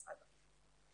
משרד החינוך.